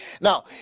Now